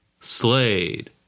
Slade